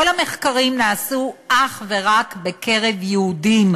כל המחקרים נעשו אך ורק בקרב יהודים,